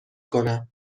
کنم